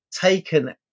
taken